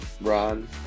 run